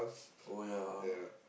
oh ya